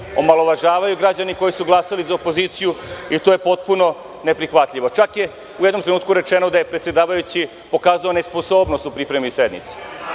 omalovažavaju građani koji su glasali za opoziciju i to je potpuno neprihvatljivo. Čak je u jednom trenutku rečeno da je predsedavajući pokazao nesposobnost u pripremi sednice.